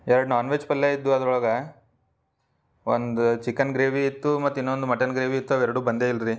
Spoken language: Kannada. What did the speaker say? ಎರಡು ನಾನು ವೆಜ್ ಪಲ್ಯ ಇದ್ದು ಅದ್ರೊಳಗೆ ಒಂದು ಚಿಕನ್ ಗ್ರೇವಿ ಇತ್ತು ಮತ್ತು ಇನ್ನೊಂದು ಮಟನ್ ಗ್ರೇವಿ ಇತ್ತು ಅವ ಎರಡು ಬಂದೇ ಇಲ್ರಿ